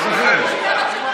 שניכם.